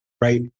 right